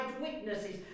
witnesses